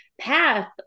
path